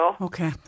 Okay